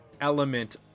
element